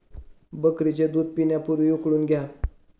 बकरीचे दूध पिण्यापूर्वी उकळून घ्या